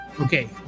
Okay